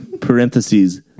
parentheses